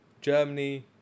Germany